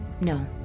No